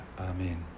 Amen